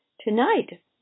Tonight